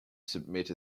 submit